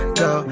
go